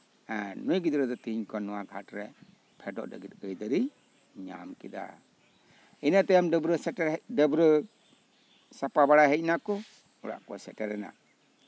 ᱟᱨ ᱱᱩᱭ ᱜᱤᱫᱽᱨᱟᱹ ᱫᱚ ᱛᱮᱦᱮᱧ ᱠᱷᱚᱱ ᱱᱚᱣᱟ ᱜᱷᱟᱴᱨᱮ ᱯᱷᱮᱰᱚᱜ ᱞᱟᱹᱜᱤᱫ ᱟᱹᱭᱫᱟᱹᱨ ᱮ ᱧᱟᱢ ᱠᱮᱫᱟ ᱤᱱᱟᱹ ᱛᱟᱭᱚᱢ ᱰᱟᱹᱵᱽᱨᱟᱹ ᱥᱟᱯᱟ ᱵᱟᱲᱟ ᱦᱮᱡ ᱱᱟᱠᱚ ᱚᱲᱟᱜ ᱠᱚ ᱥᱮᱴᱮᱨᱮᱱᱟ